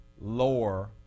lower